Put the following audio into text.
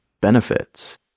benefits